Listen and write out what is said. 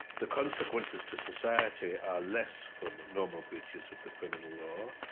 the consequences to society are less from normal breaches of the criminal law,